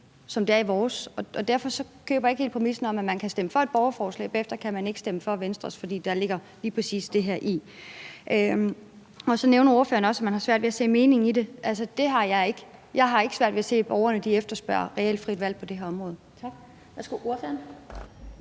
de er i vores forslag, og derfor køber jeg ikke helt præmissen for, at man kan stemme for et borgerforslag, men at man bagefter ikke kan stemme for Venstres, fordi der lige præcis ligger det her i det. Så nævner ordføreren også, at man har svært ved at se meningen med det. Det har jeg ikke, jeg har ikke svært ved at se, at borgerne efterspørger et reelt frit valg på det her område. Kl. 12:11 Den